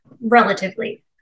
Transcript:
relatively